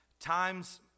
Times